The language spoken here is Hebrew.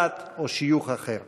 דת או שיוך אחר.